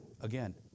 again